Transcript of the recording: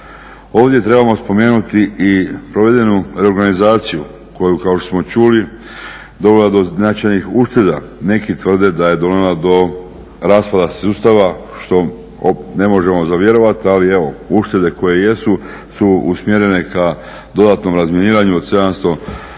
Ovdje trebamo spomenuti i provedenu reorganizaciju koja kao što smo čuli dovela je do značajnih ušteda, neki tvrde da je dovela do raspada sustava što ne možemo za vjerovati ali evo uštede koje jesu su usmjerene ka dodatnom razminiranju od 700